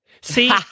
See